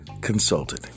consulted